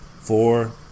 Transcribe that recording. four